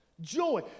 joy